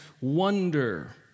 wonder